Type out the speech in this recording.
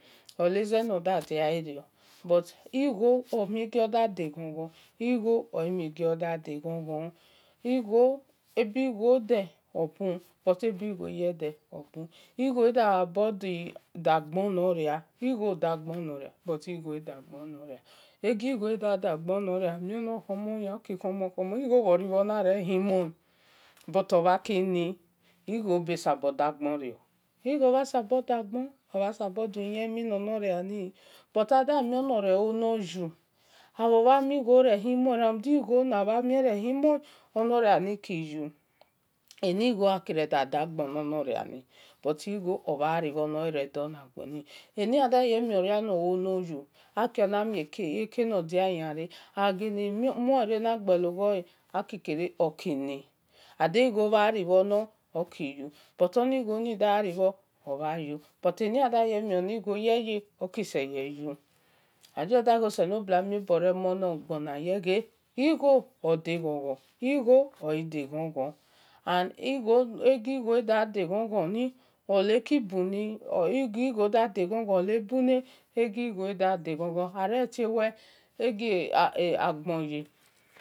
Oleye nodudiario but igho omie gio da de-ghon-ghon igho emie gio da de ghon-ghon igho-ebi igho de obu but ebi-igho ye de-obu igho gha sabi dagbon nor ria igho dagho nor ria buti egi gho da-dagbon noria amie nor khomoni oki khomo khomo igho bho ro-na rehimhone but obha ki ni igho be sabo dagbe mo igbo bha sabo dagbon obha sabo du yemhi ne nor ria ni but ada mie no bho re ya yu abho bha mi-gho re himonlen ramud igbo na ma mie re-himole ono ria ki-yu ani-igho ki re dagbo nor nor ria ni but igbo obha ribho ne noria ni redagbon ne nor ria ni aye mi oria abhe na mui eki gho re agha ghene muo ni gho gie la onoria ni oki gene ni ade iro bha ribhor nor oki yu but oni gho ni da ribhor obha yu but eni ada ye-ye mie ni gho seye ye oki seye yu oleze wel da ke re ghe oselo bue omhe bore mue na gbona ye gbe ode-ghon-gho igho ede ghon-ghon and egi gho da de ghon ghon ni ole ki bu li ole bule egi gho da de ghon ghon are tie wel gbon ye